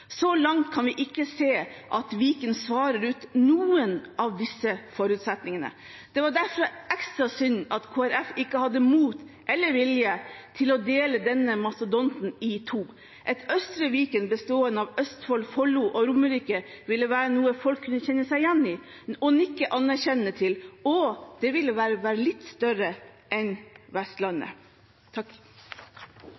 Så langt kan vi ikke se at Viken svarer ut noen av disse forutsetningene. Det var derfor ekstra synd at Kristelig Folkeparti ikke hadde mot eller vilje til å dele denne mastodonten i to. Et Østre Viken, bestående av Østfold, Follo og Romerike, ville være noe folk kunne kjenne seg igjen i og nikke anerkjennende til, og det ville være bare litt større enn Vestlandet.